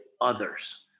others